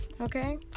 okay